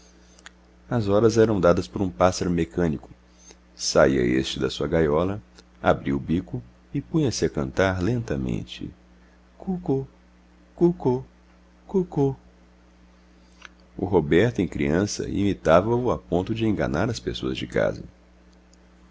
as horas eram dadas por um pássaro mecânico saía este da sua gaiola abria o bico e punha-se a cantar lentamente cuco cuco cuco o roberto em criança imitava o a ponto de enganar as pessoas de casa